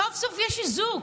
סוף-סוף יש איזוק.